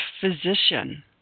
physician